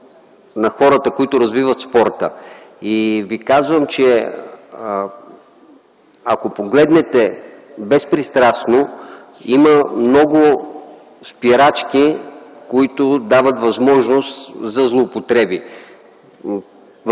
на хората, които развиват спорта. Казвам Ви, че ако погледнете безпристрастно има много спирачки, които дават възможност за злоупотреби.